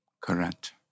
Correct